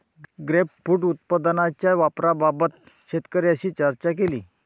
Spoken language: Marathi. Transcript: ग्रेपफ्रुट उत्पादनाच्या वापराबाबत शेतकऱ्यांशी चर्चा केली